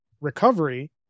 recovery